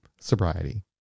Sobriety